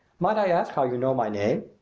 might i ask how you know my name?